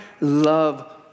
love